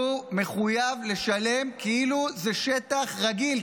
הוא מחויב לשלם כאילו זה שטח רגיל,